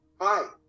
Hi